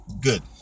Good